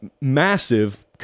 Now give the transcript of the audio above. massive